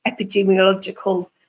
epidemiological